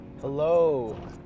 hello